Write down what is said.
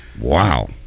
Wow